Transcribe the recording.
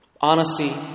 Honesty